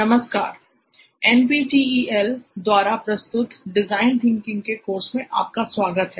नमस्कार NPTEL द्वारा प्रस्तुत डिजाइन थिंकिंग के कोर्स में आपका स्वागत है